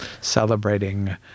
celebrating